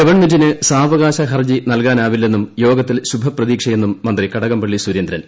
ഗവൺമെന്റിന് സാവകാശ ഹർജി നൽകാനാവില്ലെന്നും യോഗത്തിൽ ശുഭ പ്രതീക്ഷയെന്നും മന്ത്രി കടകംപള്ളി സുരേന്ദ്രൻ